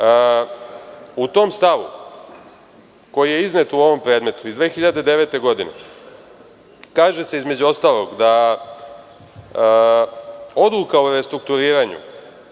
tom stavu koji je iznet u ovom predmetu iz 2009. godine kaže se, između ostalog, da odluka o restrukturiranju,